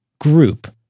group